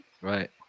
Right